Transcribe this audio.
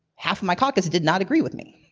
half of my caucus did not agree with me.